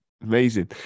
Amazing